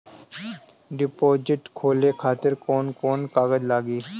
Deposit खोले खातिर कौन कौन कागज लागी?